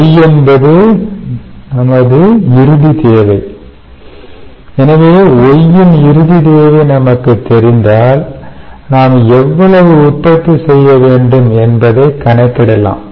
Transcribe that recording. Y என்பது நமது இறுதி தேவை எனவே Y இன் இறுதிக் தேவை நமக்குத் தெரிந்தால் நாம் எவ்வளவு உற்பத்தி செய்ய வேண்டும் என்பதைக் கணக்கிடலாம்